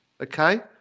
okay